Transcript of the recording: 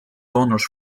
honours